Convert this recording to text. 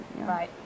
Right